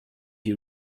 you